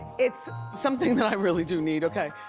it's something that i really do need, okay.